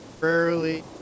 rarely